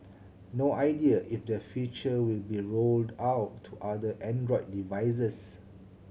no idea if the feature will be rolled out to other Android devices